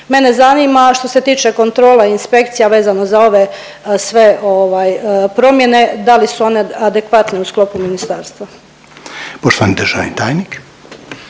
Mene zanima, što se tiče kontrola inspekcije vezano za ove sve promjene da li su one adekvatne u sklopu ministarstva? **Reiner, Željko